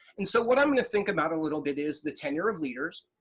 and so what i'm going to think about a little bit is the tenure of leaders,